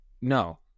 No